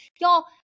y'all